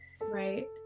Right